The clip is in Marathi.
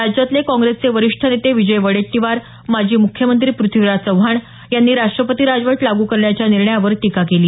राज्यातले काँग्रेसचे वरिष्ठ नेते विजय वडेट्टीवार माजी मुख्यमंत्री प्रथ्वीराज चव्हाण यांनी राष्ट्रपती राजवट लागू करण्याच्या निर्णयावर टीका केली